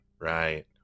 right